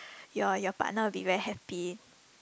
your your partner will be very happy